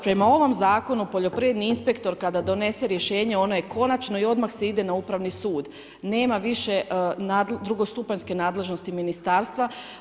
Prema ovom zakonu poljoprivredni inspektor kada donese rješenje ono je konačno i odmah se ide na Upravni sud, nema više drugostupanjske nadležnosti ministarstva.